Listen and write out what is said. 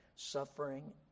Suffering